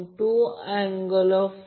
53 angle 103